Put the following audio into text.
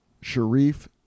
Sharif